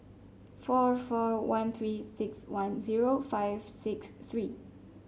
four four one Three six one zero five six three